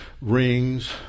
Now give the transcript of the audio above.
rings